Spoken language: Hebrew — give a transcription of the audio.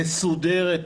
מסודרת,